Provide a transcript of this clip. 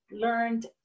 learned